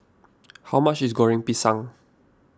how much is Goreng Pisang